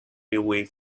railway